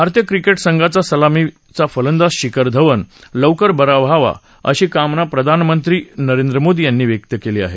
भारतीय क्रिकेट संघाचा सलामीचा फलंदाज शिखर धवन लवकर बरा व्हावा अशी कामना प्रधानमंत्री नरेंद्र मोदी यांनी व्यक्त केली आहे